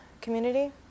community